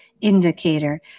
indicator